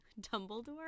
Dumbledore